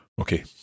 Okay